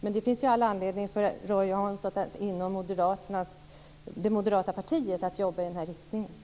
Roy Hansson har dock all anledning att jobba i den här riktningen inom Moderata samlingspartiet.